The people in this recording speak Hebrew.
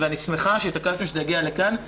ואני שמחה שהתעקשנו שזה יגיע לכאן,